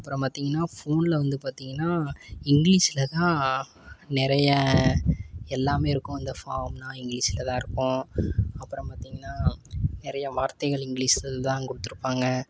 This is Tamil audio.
அப்புறம் பார்த்தீங்கன்னா ஃபோனில் வந்து பார்த்தீங்கன்னா இங்கிலீஸில் தான் நிறைய எல்லாமே இருக்கும் இந்த ஃபார்மெலாம் இங்கிலீஷில் தான் இருக்கும் அப்புறம் பார்த்தீங்கன்னா நிறைய வார்த்தைகள் இங்கிலீஷில் தான் கொடுத்துருப்பாங்க